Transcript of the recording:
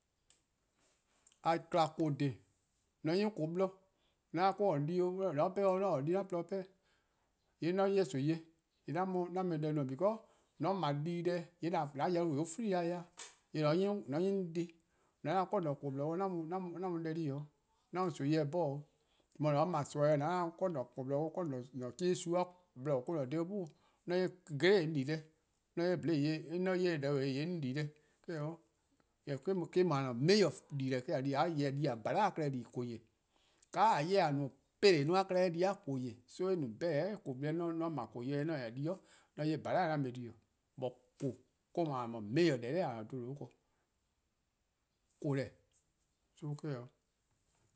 :A :kma :koo: :dhih, :mor :on 'nyi on :koo: :borlor, :mor 'da or-: :on 'ye di :on 'ye dih 'pehn 'o, :mor 'on ta-or di :yee' 'an :porluh 'pehn-dih. :yee' :mor 'on 'ye nimi-eh :yee' 'an mu-eh deh no because, :mor :on 'ble dii-deh :yee' an yau-a free ya-dih. Jorwor: :mor :on 'yhi 'on dih 'de :on 'ye :ao' an-a' :koo: :borlor :wor :dhe dih 'o :yee' 'an mu deh di 'o, 'an mu nimi-eh dih 'bhorn 'o. Jorwor: :mor :on 'ble nimi-eh 'de :on 'ye-a 'o an-a' :koo: :borlor :wor :dhe-dih 'o, an chikensu-a :borlor :wor 'dhe-dih dha or 'bhun 'o, mor 'on 'ye gele'-yor-eh 'on di deh, :mor 'on 'ye 'bhlee: yor-eh, :mor 'on 'ye deh :yee' 'on di deh, :yee' eh 'o. Jorwor: eh-: no-a: major dii-deh. An 'yeh di :bhala'-a klehkpeh dii-: :koo:, :ka :a :yeh no peleh-a klehkpeh-a di-a :koo:. So eh better :koo: borlor, :mor 'on 'ble :koo: :mor 'on 'ye :bhala' 'an mu or dhen. bu :koo: or-: no :a-a' major deh :dha 'bluhba :daa ken. :koo deh, so eh 'o.